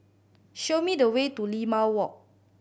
show me the way to Limau Walk